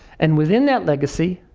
and within that legacy,